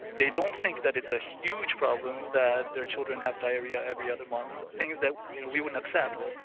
they don't think that it's a huge problem that their children have diarrhoea every other month, things that you know we wouldn't accept.